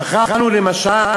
שכחנו למשל